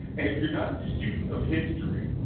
and if you're not a student of history,